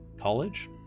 College